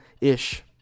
ish